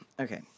Okay